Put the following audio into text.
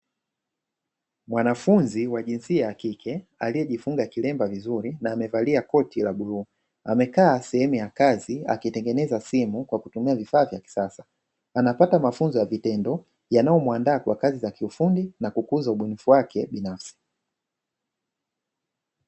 Mwanafunzi wa jinsia ya kike aliyejifunga kilemba vizuri na amevalia koti la bluu. Amekaa sehemu ya kazi akitengeneza simu kwa kutumia vifaa vya kisasa. Anapata mafunzo ya vitendo yanayomwandaa kwa kazi za kiufundi na kukuza ubunifu wake binafsi.